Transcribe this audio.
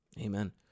Amen